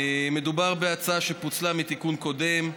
מדובר בהצעה שפוצלה מתיקון קודם.